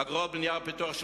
אגרות בנייה ופיתוח,